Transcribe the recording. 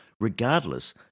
regardless